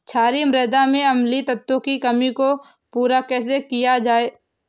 क्षारीए मृदा में अम्लीय तत्वों की कमी को पूरा कैसे किया जाए?